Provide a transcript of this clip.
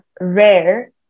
rare